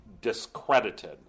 discredited